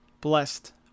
Blessed